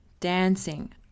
Dancing